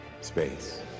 Space